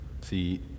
See